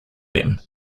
them